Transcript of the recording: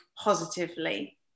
positively